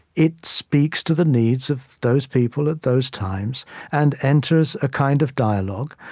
it speaks to the needs of those people at those times and enters a kind of dialogue.